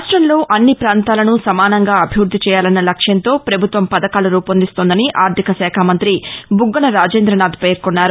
రాష్ట్రంలో అన్ని ప్రాంతాలను సమానంగా అభివృద్ధి చేయాలన్న లక్ష్యంతో ప్రభుత్వం పథకాలు రూపొందిస్తోందని ఆర్ధికశాఖ మంగ్రి బుగ్గన రాజేంద్రనాథ్ పేర్కొన్నారు